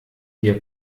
wir